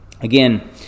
Again